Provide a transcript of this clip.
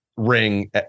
ring